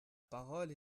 parole